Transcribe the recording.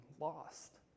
lost